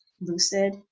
lucid